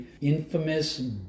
infamous